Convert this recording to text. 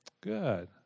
good